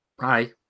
Hi